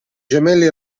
gemelli